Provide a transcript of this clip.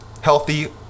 healthy